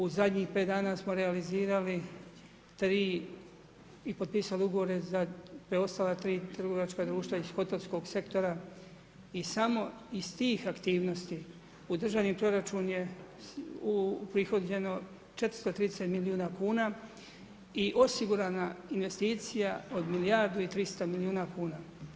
U zadnjih 5 dana smo realizirali 3 i potpisali ugovore za preostala 3 trgovačka društva iz hotelskog sektora i samo iz tih aktivnosti u državni proračun je uprihodljeno 430 milijuna kuna i osigurana investicija od milijardu i 300 milijuna kuna.